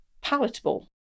palatable